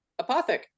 apothic